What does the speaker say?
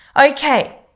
Okay